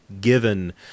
given